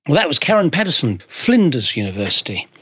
and that was karen patterson, flinders university,